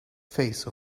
phase